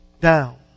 down